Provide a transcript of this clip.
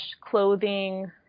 clothing